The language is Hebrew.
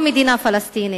לא מדינה פלסטינית.